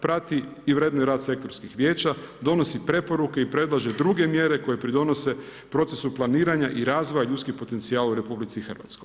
Prati i vrednuje rad sektorskih vijeća, donosi preporuke i predlaže druge mjere koje pridonose procesu planiranja i razvoja ljudskih potencijala u RH.